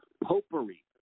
Popery